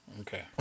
Okay